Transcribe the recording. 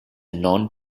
non